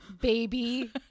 baby